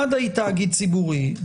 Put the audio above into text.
מד"א היא תאגיד ציבורי,